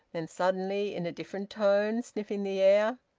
then suddenly, in a different tone, sniffing the air,